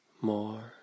More